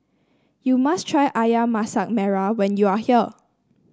you must try ayam Masak Merah when you are here